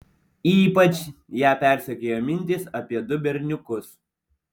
ypač ją persekiojo mintys apie du berniukus